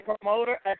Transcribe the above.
promoter